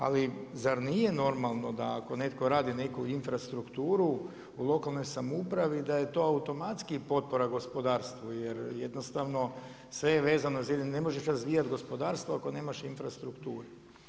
Ali zar nije normalno da ako netko radi neku infrastrukturu u lokalnoj samoupravi da je to automatski potpora gospodarstvu jer jednostavno sve je vezano, ne možeš razvijati gospodarstvo ako nemaš infrastrukturu.